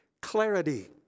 clarity